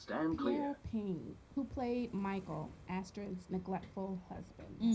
pia payne who played michael astrid's neglectful husband.